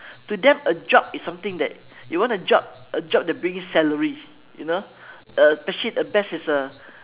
to them a job is something that you want a job a job that brings in salary you know uh actually the best is the